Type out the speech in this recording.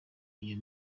iyo